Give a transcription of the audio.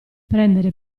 prendere